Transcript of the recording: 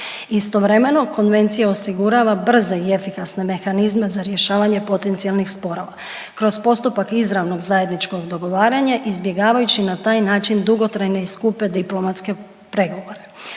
Istovremeno Konvencija osigurava brze i efikasne mehanizme za rješavanje potencijalnih sporova kroz postupak izravnog zajedničkog dogovaranja izbjegavajući na taj način dugotrajne i skupe diplomatske pregovore.